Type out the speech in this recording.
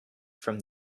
from